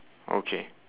okay